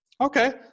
Okay